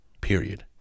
period